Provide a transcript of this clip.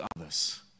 others